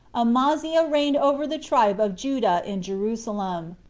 amaziah reigned over the tribe of judah in jerusalem.